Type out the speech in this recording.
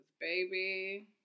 Baby